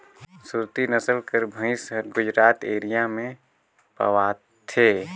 सुरती नसल कर भंइस हर गुजरात राएज में पवाथे